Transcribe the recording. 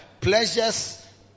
pleasures